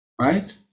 Right